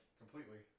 completely